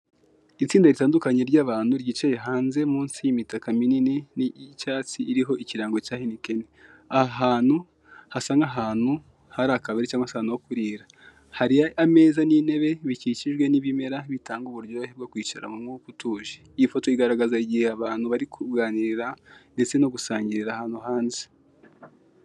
Itsinda ritandukanye ry'abantu ryicaye hanze munsi y'imitaka minini yi'icyatsi iriho ikirango cya Heneken, aha hantu hasa nk'ahantu hari akabari cyangwa se ahantu ho kurira, hari ameza n'intebe bikikijwe n'ibimera bitanga uburyohe bwo kwicara mu mwuka utuje, iyi foto yigaragaza igihe abantu bari kuganirira ndetse no gusangirira ahantu hanze.